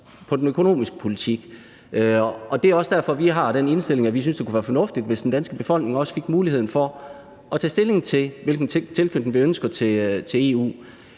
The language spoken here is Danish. på den økonomiske politik. Det er også derfor, vi har den indstilling, at vi synes, det kunne være fornuftigt, hvis den danske befolkning fik muligheden for at tage stilling til, hvilken tilknytning vi ønsker at